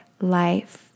life